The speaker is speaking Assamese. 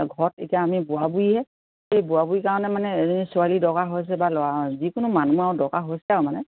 ঘৰত এতিয়া আমি বুঢ়া বুঢ়ীহে সেই বুঢ়া বুঢ়ীৰ কাৰণে মানে এজনী ছোৱালী দৰকাৰ হৈছে বা ল'ৰা যিকোনো মানুহৰ আৰু দৰকাৰ হৈছে আৰু মানে